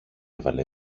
έβαλε